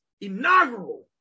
inaugural